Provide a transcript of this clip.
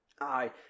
Aye